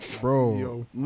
Bro